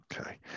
Okay